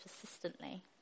persistently